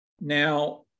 Now